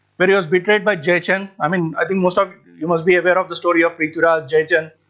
but he was betrayed by jaichand, i mean, i think most of you must be aware of the story of prithviraj, jaichand,